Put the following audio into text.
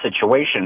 situation